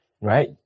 right